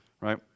Right